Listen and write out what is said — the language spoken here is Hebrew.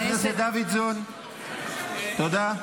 תודה.